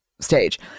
stage